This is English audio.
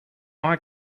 eye